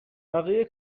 بقیه